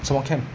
什么 camp